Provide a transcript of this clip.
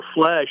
flesh